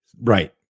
right